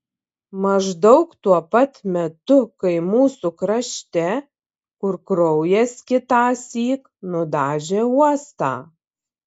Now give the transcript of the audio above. maždaug tuo pat metu kai mūsų krašte kur kraujas kitąsyk nudažė uostą